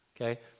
Okay